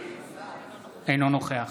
אינו נוכח